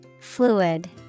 Fluid